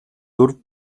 дөрвөн